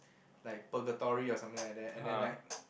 like purgatory or something like that and then like